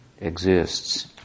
exists